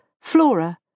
Flora